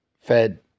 fed